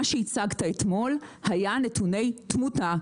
מה שהצגת אתמול היו נתוני תמותה,